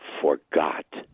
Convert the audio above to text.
forgot